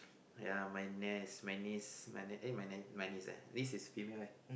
ya my niece my niece my niece eh my niece eh niece is female kan